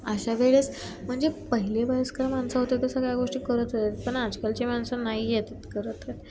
अशा वेळेस म्हणजे पहिले वयस्कर माणसं होतं तर सगळ्या गोष्टी करत होते पण आजकालचे माणसं नाही आहेत करत